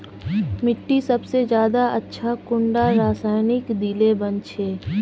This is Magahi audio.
मिट्टी सबसे ज्यादा अच्छा कुंडा रासायनिक दिले बन छै?